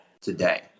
today